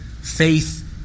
faith